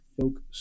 folk